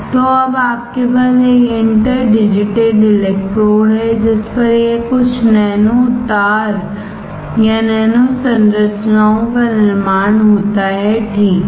तो अब आपके पास एक इंटर डिजिटेड इलेक्ट्रोड है जिस पर यह कुछ नैनो तार या नैनो संरचनाओं का निर्माण होता है ठीक है